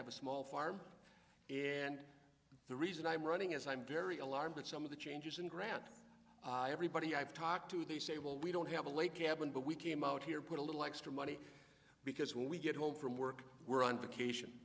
have a small farm and the reason i'm running is i'm very alarmed at some of the changes in grant everybody i've talked to they say well we don't have a lake cabin but we came out here put a little extra money because when we get home from work we're on vacation